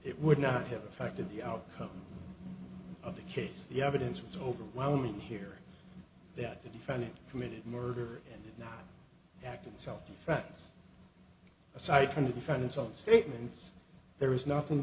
it would not have affected the outcome of the case the evidence was overwhelming here that the defendant committed murder and not act in self defense aside from the defendant's own statements there is nothing